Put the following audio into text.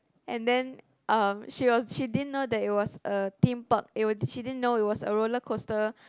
and then um she was she didn't know that it was a Theme Park it was she didn't know it was a roller coster